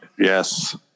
Yes